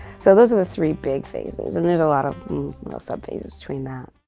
so those are the three big phases, and there's a lot of little sub phases between that.